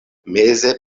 meze